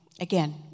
Again